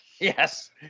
Yes